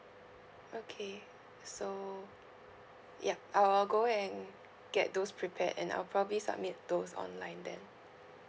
okay so ya I'll I'll go and get those prepared and I'll probably submit those online then